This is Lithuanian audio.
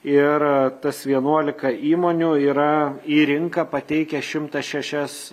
ir tas vienuolika įmonių yra į rinką pateikę šimtą šešias